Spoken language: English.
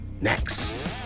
next